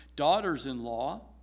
daughters-in-law